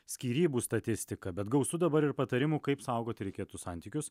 skyrybų statistika bet gausu dabar ir patarimų kaip saugoti reikėtų santykius